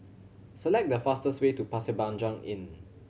select the fastest way to Pasir Panjang Inn